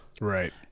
Right